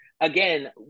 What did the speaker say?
again